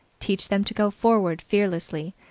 teach them to go forward fearlessly,